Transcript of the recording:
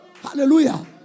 Hallelujah